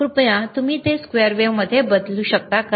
आता कृपया तुम्ही ते स्क्वेअर वेव्हमध्ये बदलू शकता का